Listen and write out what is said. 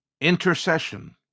intercession